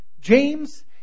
James